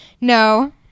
No